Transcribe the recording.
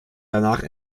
danach